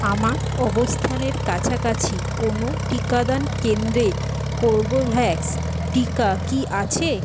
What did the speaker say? আমার অবস্থানের কাছাকাছি কোনও টিকাদান কেন্দ্রে কর্বেভ্যাক্স টিকা কি আছে